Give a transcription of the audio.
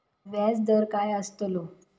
व्याज दर काय आस्तलो?